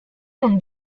non